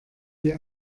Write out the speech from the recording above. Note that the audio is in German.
die